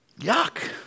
Yuck